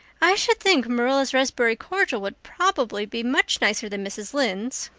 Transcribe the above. i should think marilla's raspberry cordial would prob'ly be much nicer than mrs. lynde's,